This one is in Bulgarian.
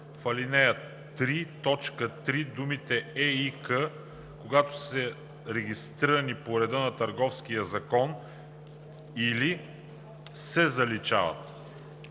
В ал. 3, т. 3 думите „ЕИК, когато са регистрирани по реда на Търговския закон, или“ се заличават.